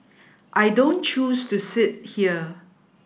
I don't choose to sit here